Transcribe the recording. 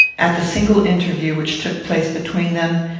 at the single interview which took place between them,